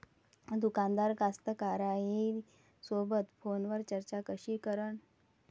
दुकानदार कास्तकाराइसोबत फोनवर चर्चा कशी करन?